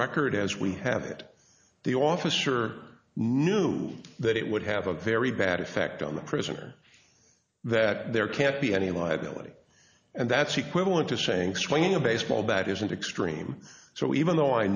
record as we have it the officer knew that it would have a very bad effect on the prisoner that there can't be any liability and that's equivalent to saying swinging a baseball bat isn't extreme so even though i